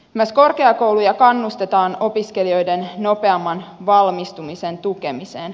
myös korkeakouluja kannustetaan opiskelijoiden nopeamman valmistumisen tukemiseen